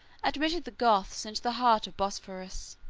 admitted the goths into the heart of bosphorus.